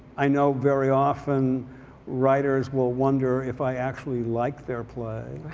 i know very often writers will wonder if i actually like their play.